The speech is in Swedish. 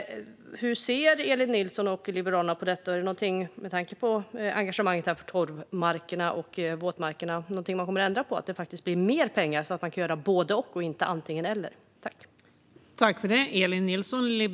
Hur ser Elin Nilsson och Liberalerna på detta? Är det, med tanke på engagemanget här för torv och våtmarkerna, någonting man kommer att ändra på - att det faktiskt blir mer pengar så att man i stället för antingen eller kan göra både och?